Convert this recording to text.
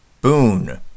boon